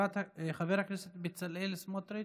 חבר הכנסת בצלאל סמוטריץ'